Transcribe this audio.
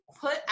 put